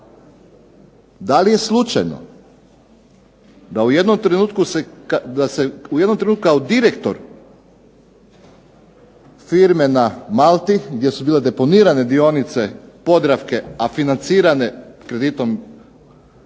da li je slučajno da se u jednom trenutku kao direktor firme na Malti gdje su bile deponirane dionice Podravke a financirane kreditom Mery